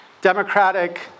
democratic